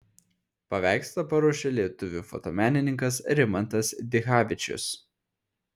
paveikslą paruošė lietuvių fotomenininkas rimantas dichavičius